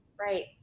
right